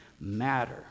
matter